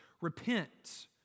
repent